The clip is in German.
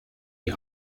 die